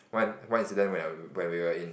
one one incident when when we were in